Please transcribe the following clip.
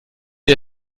dir